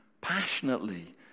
Passionately